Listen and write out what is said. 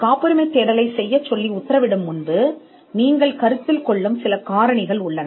காப்புரிமை தேடலை ஆர்டர் செய்வதற்கு முன் நீங்கள் கருத்தில் கொள்ளும் சில காரணிகள் உள்ளன